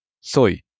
Soy